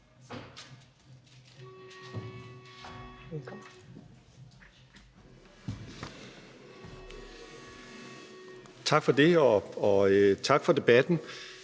Tak for det, og tak for debatten.